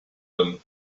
them